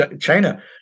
China